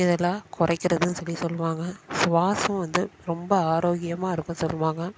இதெல்லாம் குறைக்கிறதுன்னு சொல்லி சொல்வாங்க சுவாசம் வந்து ரொம்ப ஆரோக்கியமாக இருக்குன்னு சொல்லுவாங்க